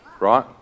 right